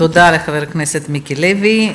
תודה לחבר הכנסת מיקי לוי.